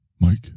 Mike